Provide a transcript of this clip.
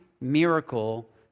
miracle